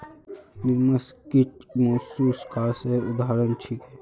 लिमस कीट मौलुसकासेर उदाहरण छीके